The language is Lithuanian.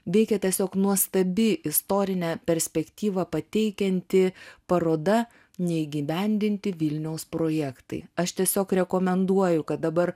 veikia tiesiog nuostabi istorinę perspektyvą pateikianti paroda neįgyvendinti vilniaus projektai aš tiesiog rekomenduoju kad dabar